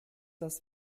das